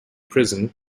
prison